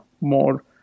more